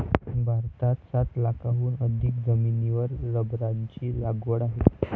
भारतात सात लाखांहून अधिक जमिनीवर रबराची लागवड आहे